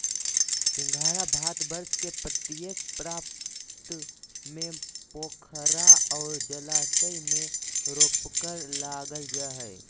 सिंघाड़ा भारतवर्ष के प्रत्येक प्रांत में पोखरा और जलाशय में रोपकर लागल जा हइ